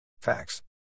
Facts